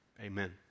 amen